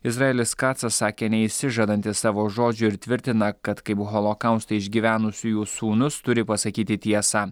izraelis kacas sakė neišsižadantis savo žodžio ir tvirtina kad kaip holokaustą išgyvenusiųjų sūnus turi pasakyti tiesą